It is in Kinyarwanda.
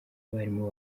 abarimu